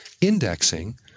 indexing